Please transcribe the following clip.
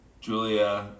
Julia